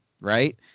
right